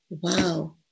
Wow